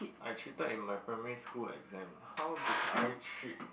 I cheated in my primary school exam how did I cheat